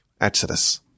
Exodus